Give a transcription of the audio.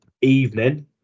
evening